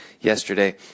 yesterday